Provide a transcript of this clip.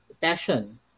passion